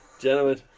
Gentlemen